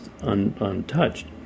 untouched